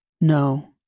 No